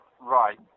Right